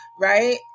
right